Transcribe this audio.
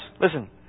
Listen